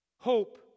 Hope